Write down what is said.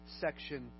section